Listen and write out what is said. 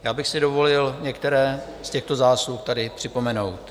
Já bych si dovolil některé z těchto zásluh tady připomenout.